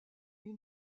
une